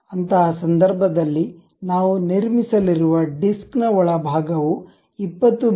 ಅಂತಹ ಸಂದರ್ಭದಲ್ಲಿ ನಾವು ನಿರ್ಮಿಸಲಿರುವ ಡಿಸ್ಕ್ ನ ಒಳಭಾಗವು 20 ಮಿ